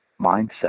mindset